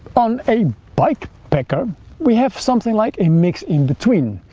on a bike packer we have something like a mix in between.